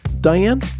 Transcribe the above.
Diane